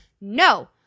No